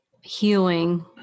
healing